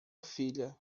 filha